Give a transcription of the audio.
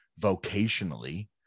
vocationally